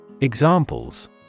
Examples